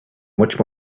much